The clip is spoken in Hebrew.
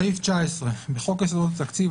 19. בחוק יסודות התקציב,